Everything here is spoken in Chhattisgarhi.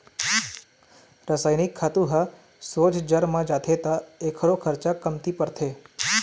रसइनिक खातू ह सोझ जर म जाथे त एखरो खरचा कमती परथे